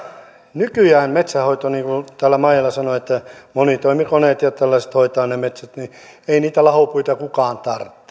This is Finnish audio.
nykyään metsänhoidossa niin kuin täällä maijala sanoi monitoimikoneet ja tällaiset hoitavat ne metsät niin että ei niitä lahopuita kukaan tarvitse